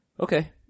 Okay